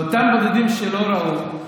לאותם בודדים שלא ראו,